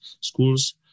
schools